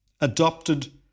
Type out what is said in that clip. adopted